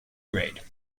grade